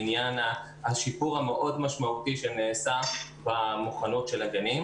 לעניין השיפור המאוד משמעותי שנעשה במוכנות של הגנים,